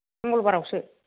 मंगलबारावसो